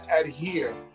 adhere